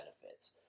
benefits